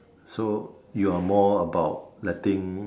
so you are more about letting